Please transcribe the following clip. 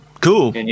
cool